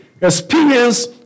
experience